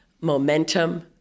momentum